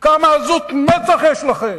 כמה עזות מצח יש לכם?